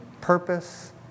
purpose